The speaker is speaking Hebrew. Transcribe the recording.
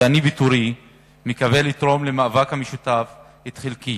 ואני מקווה לתרום למאבק המשותף את חלקי.